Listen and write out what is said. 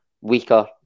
weaker